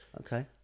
Okay